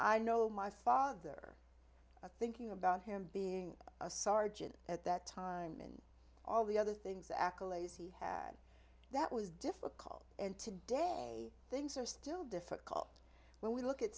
i know my father but thinking about him being a sergeant at that time and all the other things accolades he had that was difficult and today things are still difficult when we look at